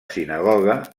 sinagoga